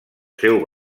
seu